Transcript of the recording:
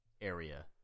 area